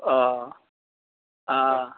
অ আ